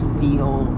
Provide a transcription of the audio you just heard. feel